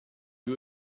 you